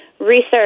Research